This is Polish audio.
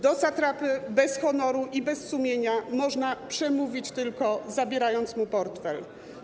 Do satrapy bez honoru i bez sumienia można przemówić, zabierając mu portfel.